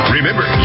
Remember